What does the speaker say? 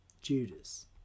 Judas